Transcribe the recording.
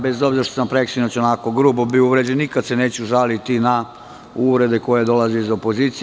Bez obzira što sam preksinoć onako grubo bio uvređen, nikad se neću žaliti na uvrede koje dolaze iz opozicije.